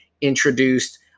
introduced